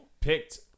picked